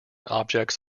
objects